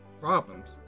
problems